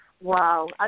wow